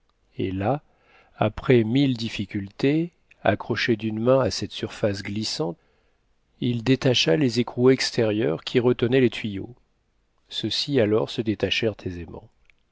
et là après mille difficultés accroché d'une main à cette surface glissante il détacha les écrous extérieurs qui retenaient les tuyaux ceux-ci alors se détachèrent aisément